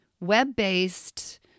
web-based